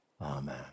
Amen